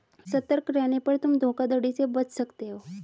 सतर्क रहने पर तुम धोखाधड़ी से बच सकते हो